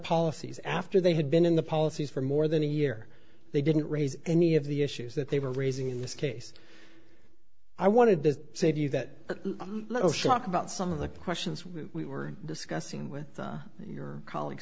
policies after they had been in the policies for more than a year they didn't raise any of the issues that they were raising in this case i wanted to save you that little shock about some of the questions we were discussing with your colleagues